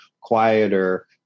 quieter